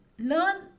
learn